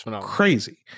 crazy